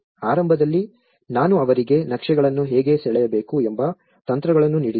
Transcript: ಆರಂಭದಲ್ಲಿ ನಾನು ಅವರಿಗೆ ನಕ್ಷೆಗಳನ್ನು ಹೇಗೆ ಸೆಳೆಯಬೇಕು ಎಂಬ ತಂತ್ರಗಳನ್ನು ನೀಡಿದ್ದೇನೆ